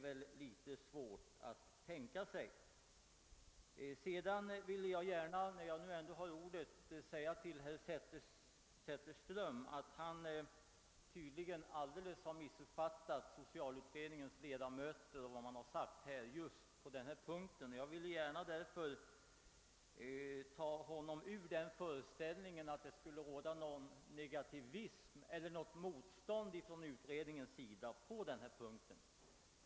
När jag ändå har ordet vill jag säga till herr Zetterström, att han tydligen alldeles har missuppfattat vad socialutredningens ledamöter uttalat på denna punkt. Jag vill därför gärna ta honom ur den föreställningen att det skulle föreligga någon negativism eller något motstånd inom utredningen i detta avseende.